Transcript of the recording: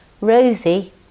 Rosie